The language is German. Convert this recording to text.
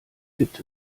gibt